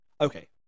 Okay